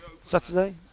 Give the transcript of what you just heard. Saturday